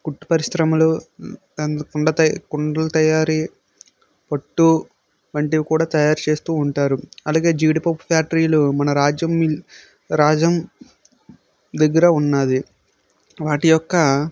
కుట్టు పరిశ్రమలు కుండ త కుండలు తయారీ పట్టు వంటివి కూడా తయారు చేస్తూ ఉంటారు అలాగే జీడిపప్పు ఫ్యాక్టరీలు మన రాజ్యంను రాజం దగ్గర ఉంది వాటి యొక్క